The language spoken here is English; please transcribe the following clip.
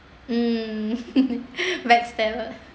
mm like